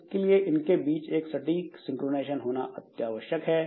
इसलिए इनके बीच एक सटीक सिंक्रोनाइजेशन होना अत्यावश्यक है